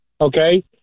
okay